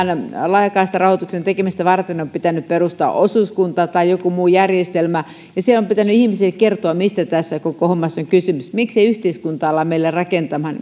laajakaistarahoituksen tekemistä varten on pitänyt perustaa osuuskunta tai joku muu järjestelmä ja siellä on pitänyt ihmisille kertoa mistä tässä koko hommassa on kysymys miksei yhteiskunta ala heille rakentamaan